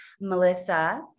Melissa